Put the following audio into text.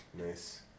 Nice